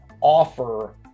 offer